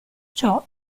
ciò